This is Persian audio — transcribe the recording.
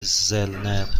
زلنر